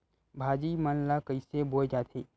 भाजी मन ला कइसे बोए जाथे?